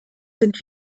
sind